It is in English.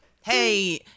hey